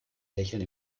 lächeln